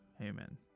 Amen